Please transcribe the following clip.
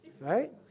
right